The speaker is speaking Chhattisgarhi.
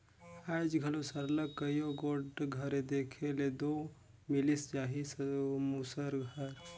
आएज घलो सरलग कइयो गोट घरे देखे ले दो मिलिच जाही मूसर हर